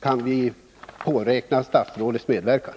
Kan vi därvidlag påräkna statsrådets medverkan?